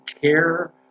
care